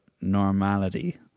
normality